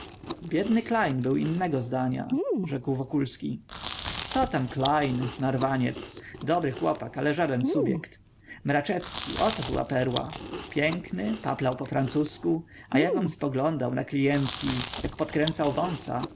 biedny klejn był innego zdania rzekł wokulski cotam klejn narwaniec dobry chłopak ale żaden subjekt marczewski oto była perła piękny paplał po francusku a jak on spoglądał na klijentki jak podkręcał wąsy